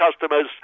Customers